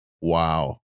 wow